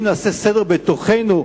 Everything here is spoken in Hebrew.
אם נעשה סדר בתוכנו,